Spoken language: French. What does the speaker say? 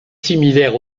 similaire